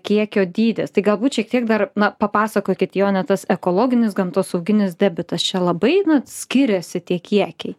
kiekio dydis tai galbūt šiek tiek dar na papasakokit jone tas ekologinis gamtosauginis debitas čia labai na skiriasi tie kiekiai